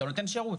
אתה נותן שירות.